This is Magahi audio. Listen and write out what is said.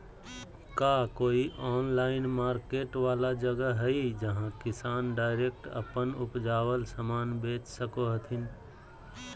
का कोई ऑनलाइन मार्केट वाला जगह हइ जहां किसान डायरेक्ट अप्पन उपजावल समान बेच सको हथीन?